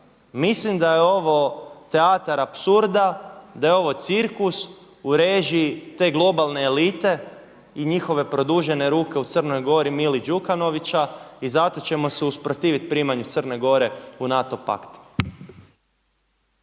Mislim da je ovo teatar apsurda, da je ovo cirkus u režiji te globalne elite i njihove produžene ruke u Crnoj Gori Mili Đukanovića i zato ćemo se usprotivi primanju Crne Gore u NATO pakt.